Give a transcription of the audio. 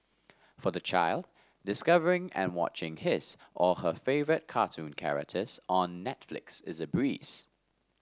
for the child discovering and watching his or her favourite cartoon characters on Netflix is a breeze